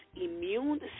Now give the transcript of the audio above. immune